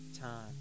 time